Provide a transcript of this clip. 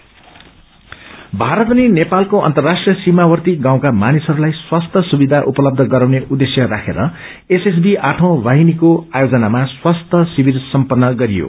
camp Bharat अनि नेपालको अर्न्तराष्ट्रिय सीमावर्ती गाउँका मानिसहरूलाई स्वास्थ्य सुविधा उपलब्ध गराउने उद्देश्य राखेर एसएसबी आठौँ वाहिनीको आयोजनामा स्वासध्य शिविर सम्पनन गरियो